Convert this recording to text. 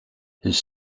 his